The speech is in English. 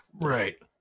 Right